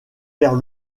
vers